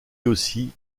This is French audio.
aussi